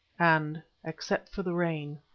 and, except for the rain,